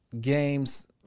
games